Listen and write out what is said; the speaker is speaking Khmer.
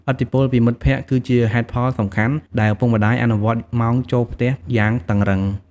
ឥទ្ធិពលពីមិត្តភក្តិគឺជាហេតុផលសំខាន់ដែលឪពុកម្តាយអនុវត្តម៉ោងចូលផ្ទះយ៉ាងតឹងរឹង។